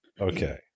okay